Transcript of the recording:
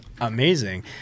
amazing